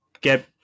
get